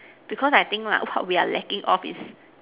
because I think lah what we are lacking of is